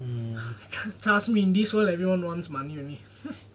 trust me everyone in this world wants money only